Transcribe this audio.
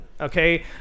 okay